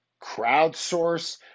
crowdsource